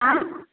अँइ